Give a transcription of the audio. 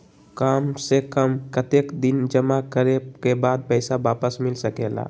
काम से कम कतेक दिन जमा करें के बाद पैसा वापस मिल सकेला?